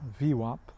VWAP